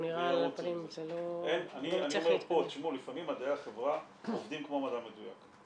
נראה על הפנים הוא לא מצליח -- לפעמים מדעי החברה עובדים כמו מדע מדויק.